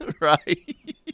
Right